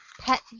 pet